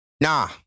nah